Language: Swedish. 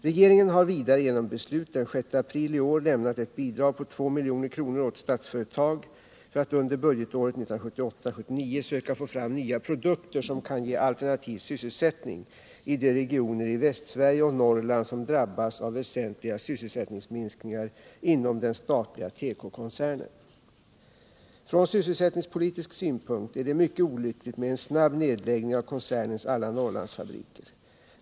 : Regeringen har vidare genom beslut den 6 april i år lämnat ett bidrag på 2 milj.kr. åt Statsföretag för att under budgetåret 1978/79 söka få fram nya produkter som kan ge alternativ sysselsättning i de regioner i Västsverige och Norrland som drabbas av väsentliga sysselsättningsminskningar inom den statliga tekokoncernen. Från syssclsättningspolitisk synpunkt är det mycket olyckligt med en snabb nedläggning av koncernens alla Norrlandsfabriker.